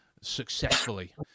successfully